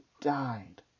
died